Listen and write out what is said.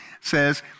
says